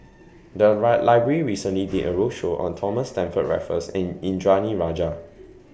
The Library recently did A roadshow on Thomas Stamford Raffles and Indranee Rajah